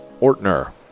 Ortner